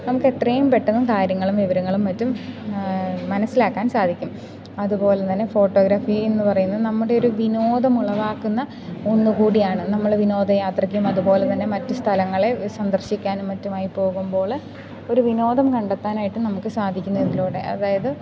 നമുക്കെത്രയും പെട്ടെന്ന് കാര്യങ്ങളും വിവരങ്ങളും മറ്റും മനസ്സിലാക്കാൻ സാധിക്കും അതുപോലെതന്നെ ഫോട്ടോഗ്രാഫി എന്നു പറയുന്നത് നമ്മുടെ ഒരു വിനോദമുളവാക്കുന്ന ഒന്നുകൂടിയാണ് നമ്മൾ വിനോദയാത്രയ്ക്കും അതുപോലെതന്നെ മറ്റു സ്ഥലങ്ങളെ സന്ദർശിക്കാനും മറ്റുമായി പോകുമ്പോൾ ഒരു വിനോദം കണ്ടെത്താനായിട്ട് നമുക്ക് സാധിക്കുന്നതിലൂടെ അതായത്